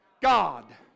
God